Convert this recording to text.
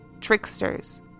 tricksters